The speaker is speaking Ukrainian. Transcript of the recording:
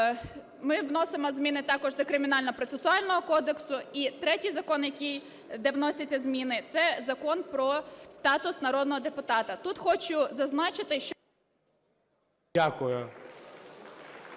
Ми вносимо змін також до Кримінально-процесуального кодексу. І третій закон, де вносяться зміни, це Закон про статус народного депутата. Тут хочу зазначити, що…